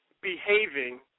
behaving